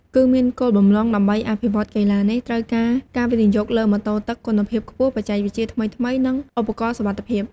គឺមានគោលបំណងដើម្បីអភិវឌ្ឍកីឡានេះ ត្រូវការការវិនិយោគលើម៉ូតូទឹកគុណភាពខ្ពស់ បច្ចេកវិទ្យាថ្មីៗ និងឧបករណ៍សុវត្ថិភាព។